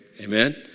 Amen